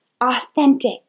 authentic